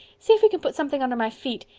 see if you can put something under my feet.